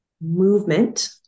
movement